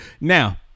Now